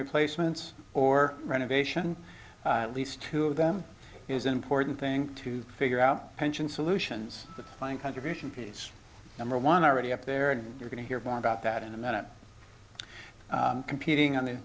replacements or renovation at least two of them is an important thing to figure out pension solutions contribution piece number one already up there and you're going to hear more about that in a minute computing